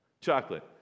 Chocolate